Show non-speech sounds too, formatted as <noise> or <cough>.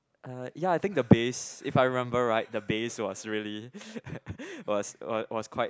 uh ya I think the bass if I remember right the bass was really <laughs> was was was quite